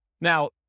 Now